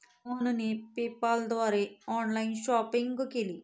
मोहनने पेपाल द्वारे online shopping केली